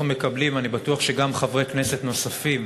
אנחנו מקבלים, אני בטוח שגם חברי כנסת נוספים,